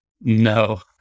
No